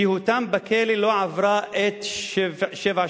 שהותם בכלא לא עברה את שבע השנים.